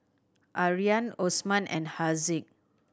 Aryan Osman and Haziq